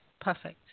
perfect